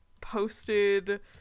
posted